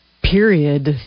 Period